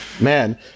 Man